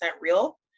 real